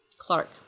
Clark